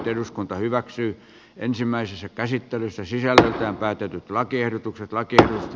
eduskunta hyväksyi ensimmäisessä käsittelyssä sisältö ja päätetyt lakiehdotukset lakia